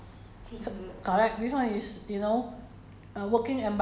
some some time you you have to do [what] teamwork [what]